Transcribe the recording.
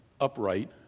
upright